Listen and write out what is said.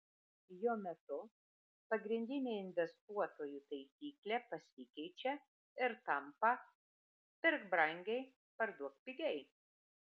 jo metu pagrindinė investuotojų taisyklė pasikeičia ir tampa pirk brangiai parduok pigiai